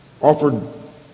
offered